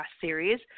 series